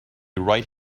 right